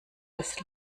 das